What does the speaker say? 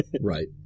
Right